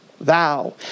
thou